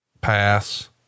pass